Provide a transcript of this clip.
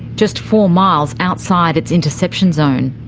just four miles outside its interception zone.